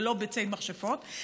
על אף כל הקשיים שמערימים עלינו,